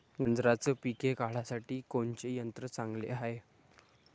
गांजराचं पिके काढासाठी कोनचे यंत्र चांगले हाय?